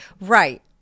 Right